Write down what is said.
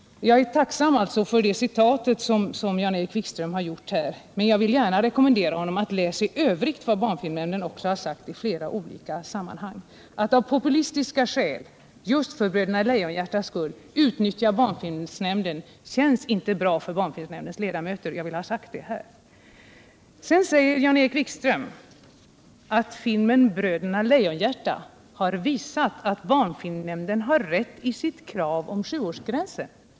Jag är tacksam för det citat Jan-Erik Wikström återgivit, men jag vill rekommendera honom att också i övrigt läsa vad barnfilmnämnden sagt och begärt i flera olika sammanhang. Att han av populistiska skäl just för Bröderna Lejonhjärtas skull utnyttjar barnfilmnämnden känns inte bra för barnfilmnämndens ledamöter — jag vill ha det sagt här. Sedan säger Jan-Erik Wikström att filmen Bröderna Lejonhjärta har visat att barnfilmnämnden har rätt i sitt krav på en sjuårsgräns.